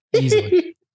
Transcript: Easily